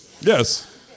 Yes